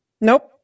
Nope